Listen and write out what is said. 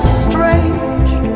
strange